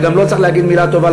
וגם לו צריך להגיד מילה טובה,